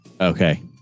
Okay